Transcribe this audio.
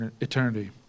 eternity